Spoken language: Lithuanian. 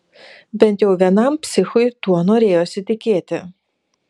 bent jau vienam psichui tuo norėjosi tikėti